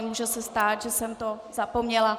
Může se stát, že jsem to zapomněla.